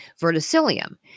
Verticillium